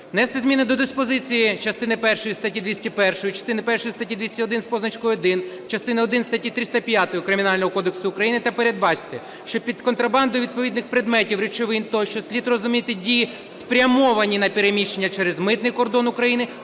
Внести зміни до диспозиції частини першої статті 201, частини першої статті 201 з позначкою 1 частини один статті 305 Кримінального кодексу України та передбачити, що під контрабандою відповідних предметів, речовин тощо слід розуміти дії спрямовані на переміщення через митний кордон України